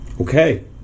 Okay